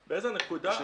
אלא אותו שוק עסקי,